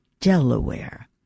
Delaware